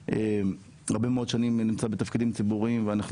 אתה הרבה מאוד שנים נמצא בתפקידים ציבוריים ואנחנו